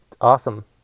awesome